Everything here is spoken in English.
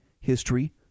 history